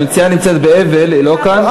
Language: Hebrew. המציעה באבל, היא לא כאן.